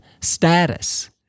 status